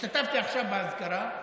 השתתפתי עכשיו באזכרה.